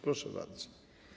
Proszę bardzo.